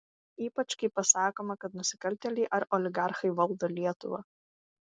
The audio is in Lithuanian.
ypač kai pasakoma kad nusikaltėliai ar oligarchai valdo lietuvą